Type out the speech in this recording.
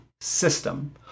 system